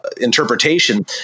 interpretation